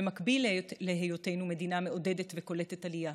במקביל להיותנו מדינה מעודדת וקולטת עלייה,